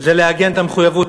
זה לעגן את המחויבות,